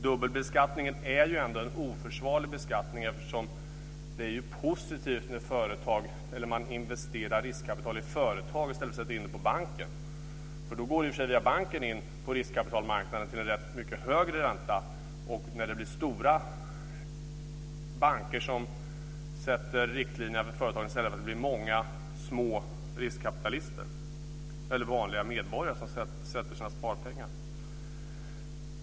Dubbelbeskattningen är en oförsvarlig beskattning, eftersom det är positivt när man investerar riskkapital i företag i stället för att sätta in det på banken. Då går i och för sig banken in på riskkapitalmarknaden, till en rätt mycket högre ränta, men då är det alltså stora banker som sätter riktlinjer för företagen i stället för många små riskkapitalister, dvs. vanliga medborgare, som sätter in sina sparpengar.